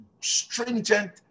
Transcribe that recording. stringent